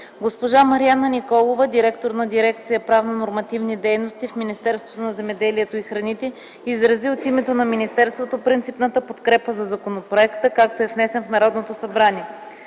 Госпожа Мариана Николова, директор на дирекция „Правно-нормативни дейности” в Министерството на земеделието и храните изрази от името на министерството принципната подкрепа за законопроекта, както е внесен в Народното събрание.